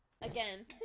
again